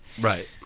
Right